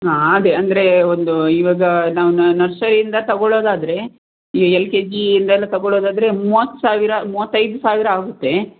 ಹಾಂ ಅದೇ ಅಂದರೆ ಒಂದು ಇವಾಗ ನಾವು ನರ್ಸರಿಯಿಂದ ತಗೊಳ್ಳೋದಾದರೆ ಈ ಎಲ್ ಕೆ ಜಿಯಿಂದೆಲ್ಲ ತಗೋಳ್ಳೋದಾದರೆ ಮೂವತ್ತು ಸಾವಿರ ಮೂವತ್ತೈದು ಸಾವಿರ ಆಗುತ್ತೆ